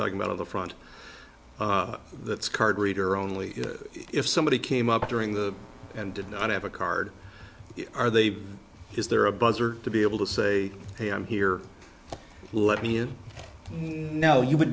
talk about of the front that's card reader only if somebody came up during the and did not have a card are they is there a buzzer to be able to say hey i'm here let me in now you would